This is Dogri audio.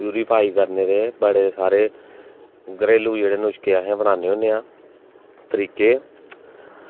प्यूरिफाई करने दे बड़े सारे घरेलू जेह्ड़े नुशके अस बनान्ने होन्ने आं तरीके